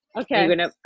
okay